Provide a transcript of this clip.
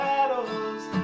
Battles